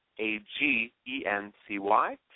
A-G-E-N-C-Y